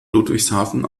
ludwigshafen